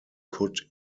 could